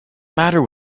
matter